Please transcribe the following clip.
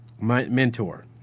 Mentor